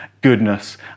goodness